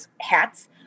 hats